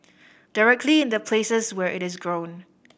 directly in the places where it is grown